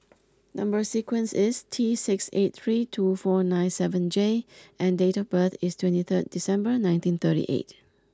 number sequence is T six eight three two four nine seven J and date of birth is twenty third December nineteen thirty eight